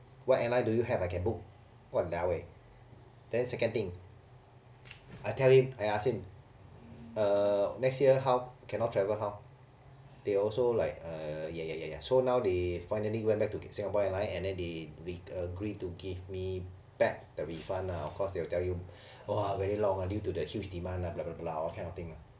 what airline do you have I can book !walao! eh then second thing I tell him I ask him uh next year how if cannot travel how they also like uh ya ya ya ya so now they finally went back to singapore airline and then they agree to give me back the refund lah of course they will tell you !wah! very long ah due to the huge demand ah blah blah blah all kinds of thing ah